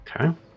Okay